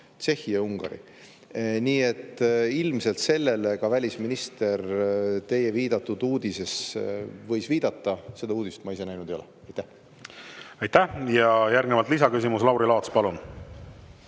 Tšehhi ja Ungari. Nii et ilmselt sellele võis välisminister teie viidatud uudises viidata. Seda uudist ma ise näinud ei ole. Aitäh! Järgnevalt lisaküsimus, Lauri Laats, palun!